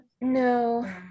No